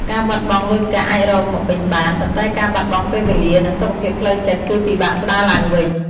ការបាត់បង់លុយកាក់អាចរកមកវិញបាន ប៉ុន្តែការបាត់បង់ពេលវេលា និងសុខភាពផ្លូវចិត្តគឺពិបាកស្តារឡើងវិញ។